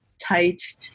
tight